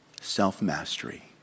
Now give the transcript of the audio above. Self-mastery